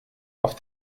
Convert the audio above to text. auf